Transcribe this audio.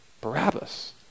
Barabbas